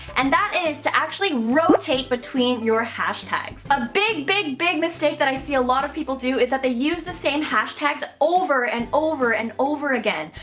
and that is to actually rotate between your hashtags. a big, big, big mistake that i see a lot of people do is that they use the same hashtags over and over and over again.